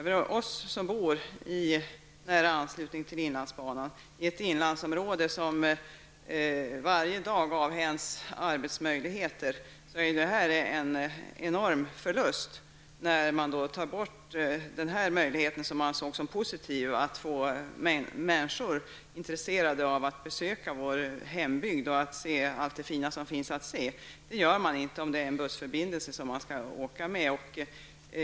För oss som bor i nära anslutning till inlandsbanan i ett inlandsområde som varje dag avhänds arbetsmöjligheter är det en enorm förlust när man tar bort denna möjlighet, som man såg som positiv för att få människor intresserade av att besöka vår hembygd och se allt det fina som finns att se. Det gör man inte om man skall åka med buss.